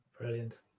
brilliant